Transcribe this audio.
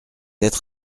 être